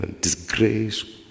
disgrace